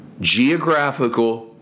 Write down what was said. geographical